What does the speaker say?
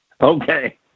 Okay